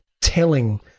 telling